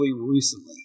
recently